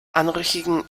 anrüchigen